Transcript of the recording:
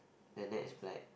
the net is black